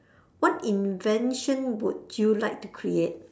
what invention would you like to create